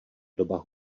doba